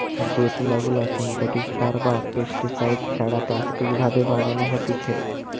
যে তুলা গুলা সিনথেটিক সার বা পেস্টিসাইড ছাড়া প্রাকৃতিক ভাবে বানানো হতিছে